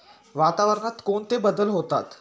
वातावरणात कोणते बदल होतात?